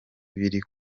biri